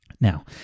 Now